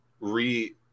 re